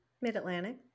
Mid-Atlantic